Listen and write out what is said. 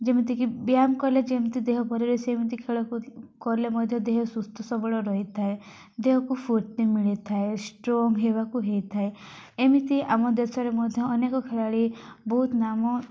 ଯେମିତିକି ବ୍ୟାୟାମ କଲେ ଯେମିତି ଦେହ ଭରିରହେ ସେମିତି ଖେଳକୁ କଲେ ମଧ୍ୟ ଦେହ ସୁସ୍ଥ ସବଳ ରହିଥାଏ ଦେହକୁ ଫୁର୍ତ୍ତି ମିଳିଥାଏ ଷ୍ଟ୍ରଙ୍ଗ ହେବାକୁ ହେଇଥାଏ ଏମିତି ଆମ ଦେଶରେ ମଧ୍ୟ ଅନେକ ଖେଳାଳି ବହୁତ ନାମ